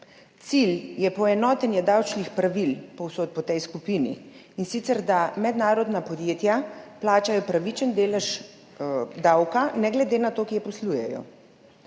Cilj je poenotenje davčnih pravil povsod po tej skupini, in sicer da mednarodna podjetja plačajo pravičen delež davka ne glede na to, kje poslujejo.